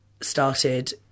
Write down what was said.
started